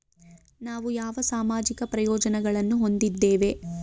ನಾವು ಯಾವ ಸಾಮಾಜಿಕ ಪ್ರಯೋಜನಗಳನ್ನು ಹೊಂದಿದ್ದೇವೆ?